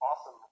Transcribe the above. awesome